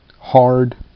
hard